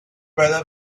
whether